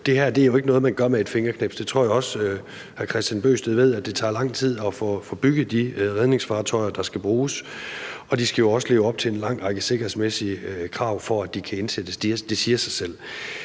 Det her er jo ikke noget, man gør med et fingerknips. Jeg tror også, hr. Kristian Bøgsted ved, at det tager lang tid at få bygget de redningsfartøjer, der skal bruges. De skal jo også leve op til en lang række sikkerhedsmæssige krav, for at de kan indsættes. Det siger sig selv.